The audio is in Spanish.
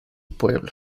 pueblo